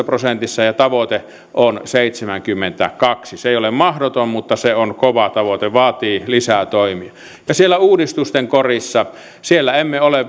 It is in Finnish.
prosentissa ja tavoite on seitsemänkymmentäkaksi se ei ole mahdoton mutta se on kova tavoite ja vaatii lisää toimia ja siellä uudistusten korissa emme ole